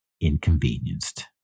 inconvenienced